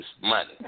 money